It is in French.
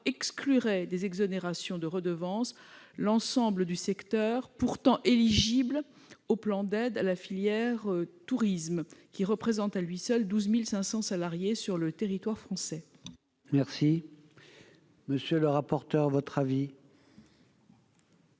exclurait des exonérations de redevance l'ensemble du secteur pourtant éligible au plan d'aide à la filière tourisme, et qui représente à lui seul 12 500 salariés sur le territoire français. Quel est l'avis de la commission ?